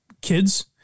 kids